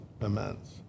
immense